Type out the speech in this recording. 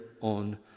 on